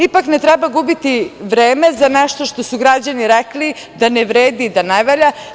Ipak ne treba gubiti vreme za nešto što su građani rekli da ne vredi, da ne valja.